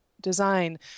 design